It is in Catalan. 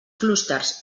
clústers